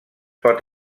pot